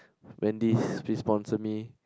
Wendy's please sponsor me